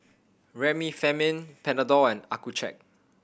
Remifemin Panadol and Accucheck